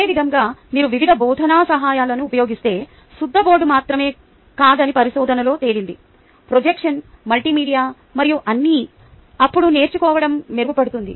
అదేవిధంగా మీరు వివిధ బోధనా సహాయాలను ఉపయోగిస్తే సుద్దబోర్డు మాత్రమే కాదని పరిశోధనలో తేలింది ప్రొజెక్షన్ మల్టీమీడియా మరియు అన్నీ అప్పుడు నేర్చుకోవడం మెరుగుపడుతుంది